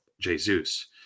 Jesus